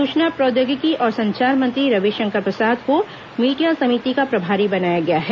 सुचना प्रौद्योगिकी और संचार मंत्री रविशंकर प्रसाद को मीडिया समिति का प्रभारी बनाया गया है